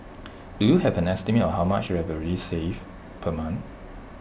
do you have an estimate of how much you're already saving per month